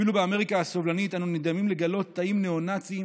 אפילו באמריקה הסובלנית אנחנו נדהמים לגלות תאים ניאו-נאציים